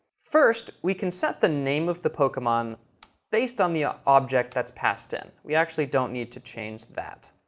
first, we can set the name of the pokemon based on the ah object that's passed in. we actually don't need to change that.